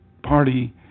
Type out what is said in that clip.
Party